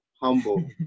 humble